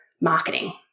marketing